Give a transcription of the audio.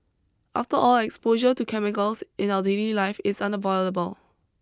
after all exposure to chemicals in our daily life is unavoidable